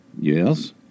Yes